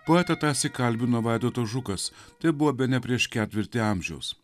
poetą tąsyk kalbino vaidotas žukas tai buvo bene prieš ketvirtį amžiaus